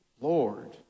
Lord